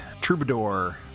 troubadour